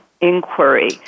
inquiry